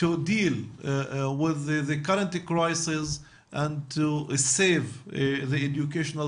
להתמודד עם המשבר הנוכחי ולהציל את מערכת החינוך